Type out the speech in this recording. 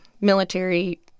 military